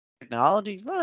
technology